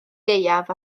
gaeaf